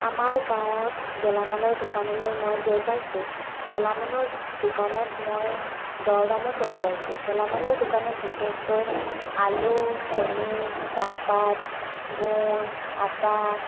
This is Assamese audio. আমাৰ গাঁৱত গেলামালৰ দোকানলৈ মই গৈ পাইছোঁ গেলামালৰ দোকানত মই দৰদামো কৰি পাইছোঁ গেলামালৰ দোকানত বিশেষকৈ আলু চেনি চাহপাত গুৰ আটা